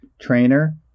trainer